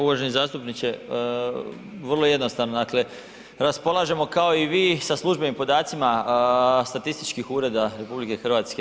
Uvaženi zastupniče vrlo jednostavno, dakle raspolažemo kao i vi sa službenim podacima statističkih ureda RH.